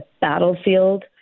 battlefield